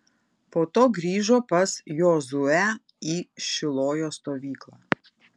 po to grįžo pas jozuę į šilojo stovyklą